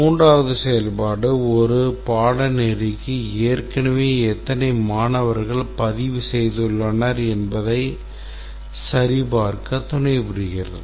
மூன்றாவது செயல்பாடு ஒரு பாடநெறிக்கு ஏற்கனவே எத்தனை மாணவர்கள் பதிவு செய்துள்ளனர் என்பதை சரிபார்க்க துணைபுரிகிறது